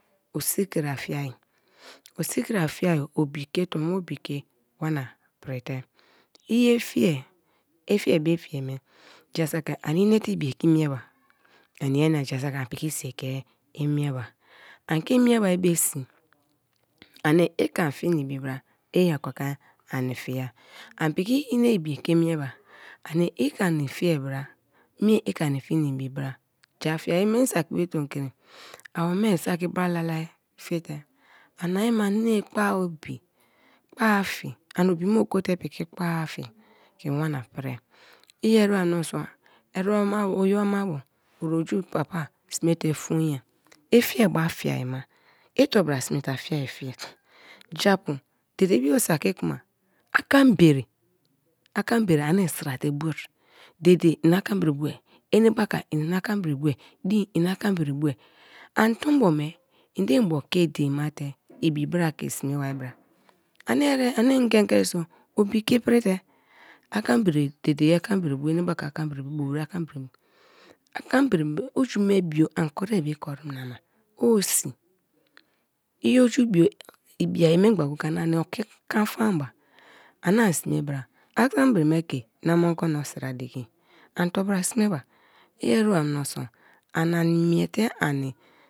Osikri afia, osikra afia obike tonwa obi ke wana prite, iye fie ifie be fie me jen saki aniinete ibi-e kemieba ania jen saki ani piki sii keimieba an ke imieba be sii ani ike an fiena ibi bra i oki keani fie ani piki ine ibi ke mieba ani ikani fie bra mie ikani fie na ibi bra, ja fiai me, me saki be tom kri awome saki bra lala fiite ani ma ani kpoa obi kpoa fi ant obi me okoote piki kpoafii ke wana prii iyeri ba minsi erem mabo oyiboma bo oju papa sme te fon-e i fie be a fiai mai to bra sme te a fiai fie? Japu dede bio saki kuma akambere akambere ani en sra te bue dede en akambere bue enebaka en akambere bue, dei en akambere bue an tombo me ende mbo ke dien mate ibi bra ke sme ba bra? ani gange so, obi ke prite akambere dede ye akambere bue enebaka akambere bii bobiri akambere bu akambere bu oju me bio an kori me kon nama o sii i oju me bio ibi-a memgba go-go-e ani ani oki kan faam ma ani sme bra, akambre me ke nama ogono sra diki ani tobra sme ba? Iereba miniso ani an meite ani.